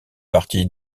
partie